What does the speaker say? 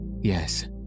Yes